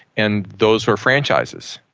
and those are franchises.